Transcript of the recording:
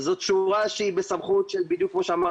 זוהי --- שהיא בסמכות של בדיוק כמו שאמר